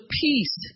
peace